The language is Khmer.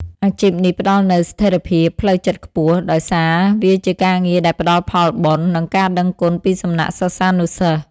អាជីពនេះផ្តល់នូវស្ថិរភាពផ្លូវចិត្តខ្ពស់ ដោយសារវាជាការងារដែលផ្តល់ផលបុណ្យ និងការដឹងគុណពីសំណាក់សិស្សានុសិស្ស។